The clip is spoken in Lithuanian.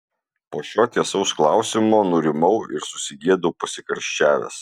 po šio tiesaus klausimo nurimau ir susigėdau pasikarščiavęs